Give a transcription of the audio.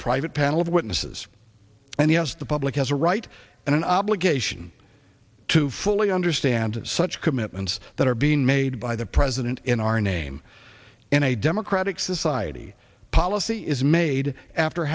private panel of witnesses and yes the public has a right and an obligation to fully understand such commitments that are being made by the president in our name in a democratic society policy is made after